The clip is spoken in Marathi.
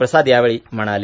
प्रसाद यावेळी म्हणाले